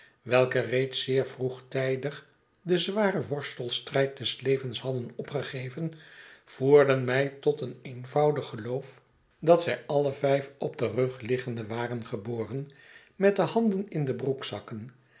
welke reeds zeer vroegtijdig den zwaren worstelstrijd des levens hadden opgegeven voerden mij tot het eenvoudige geloof dat zij alle mmmm qroote vebwachtingen vijf op den rug liggende waren geboren met de handen in de broekzakken